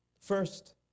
First